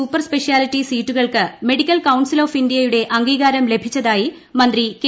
super speciality സീറ്റുകൾക്ക് medical council of ഇന്ത്യയുടെ അംഗീകാരം ലഭിച്ചതായി മന്ത്രി കെ